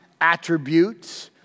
attributes